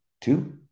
two